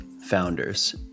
founders